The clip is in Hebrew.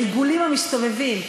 והעיגולים המסתובבים,